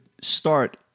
start